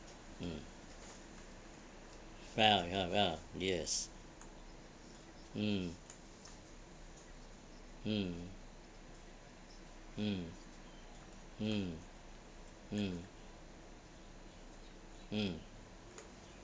mm well ya well yes mm mm mm mm mm mm